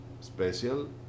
special